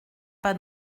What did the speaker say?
pas